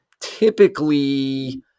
typically